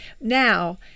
now